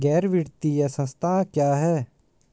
गैर वित्तीय संस्था क्या है?